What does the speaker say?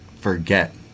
forget